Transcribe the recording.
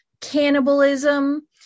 cannibalism